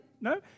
No